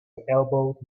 elbowed